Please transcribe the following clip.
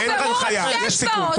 אין הנחיה, יש סיכום.